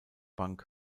bank